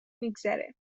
میگذره